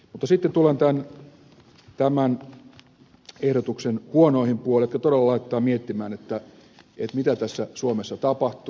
mutta sitten tullaan tämän ehdotuksen huonoihin puoliin jotka todella laittavat miettimään mitä tässä suomessa tapahtuu